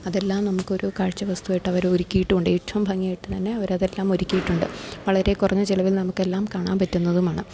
അതെല്ലാം നമുക്കൊരു കാഴ്ച വസ്തുായിട്ട് അവര് ഒരുക്കിയിട്ടുമുണ്ട് ഏറ്റവും ഭംഗിയായിട്ട് തന്നെ അവരതെല്ലാം ഒരുക്കിയിട്ടുണ്ട് വളരെ കുറഞ്ഞ ചിലവിൽ നമുക്കെല്ലാം കാണാൻ പറ്റുന്നതുമാണ്